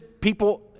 people